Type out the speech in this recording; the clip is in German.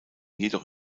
jedoch